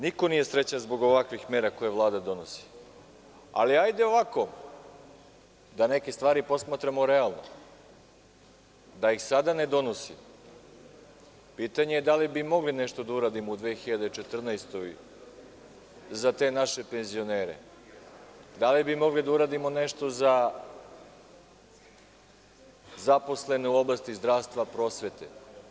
Niko nije srećan zbog ovakvih mera koje Vlada donosi, ali hajde ovako, da neke stvari posmatramo realno, da ih sada ne donosimo, pitanje je da li bi mogli nešto da uradimo u 2014. godini za te naše penzionere, da li bi mogli da uradimo nešto za zaposlene u oblasti zdravstva i prosvete.